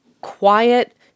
quiet